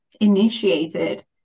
initiated